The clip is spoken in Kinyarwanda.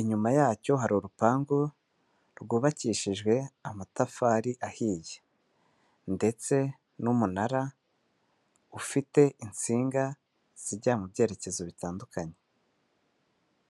Inyuma yacyo hari urupangu rwubakishijwe amatafari ahiye ndetse n'umunara ufite insinga zijya mu byerekezo bitandukanye.